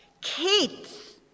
Kids